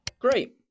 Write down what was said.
Great